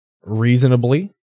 reasonably